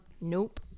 Nope